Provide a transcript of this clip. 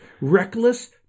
Reckless